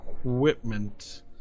equipment